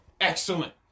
excellent